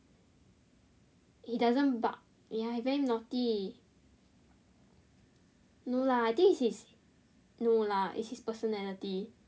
he doesn't bark ya he very naughty no lah I think it is his no lah it is his personality